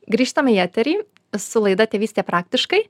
grįžtam į eterį su laida tėvystė praktiškai